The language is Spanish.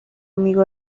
amigo